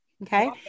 Okay